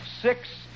six